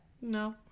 No